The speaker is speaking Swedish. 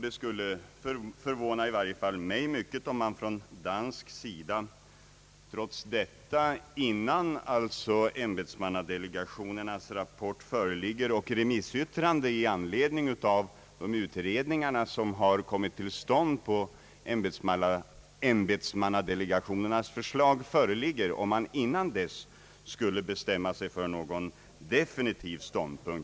Det skulle förvåna i varje fall mig mycket om man från dansk sida trots detta, alltså innan ämbetsmannadelegationens rapport föreligger och innan remissyttrande föreligger i anledning av de utredningar som på delegationens förslag kommit till stånd beträffande bullerfrågorna inta någon definitiv ståndpunkt angående storflygplatsfrågan.